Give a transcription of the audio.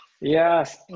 Yes